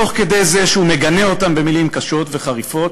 תוך כדי זה שהוא מגנה אותם במילים קשות וחריפות,